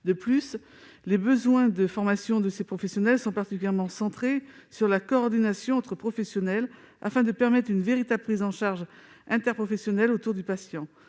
De plus, les besoins de formation de ces professionnels sont particulièrement centrés sur la coordination entre professionnels, afin de permettre une véritable prise en charge interprofessionnelle autour du patient.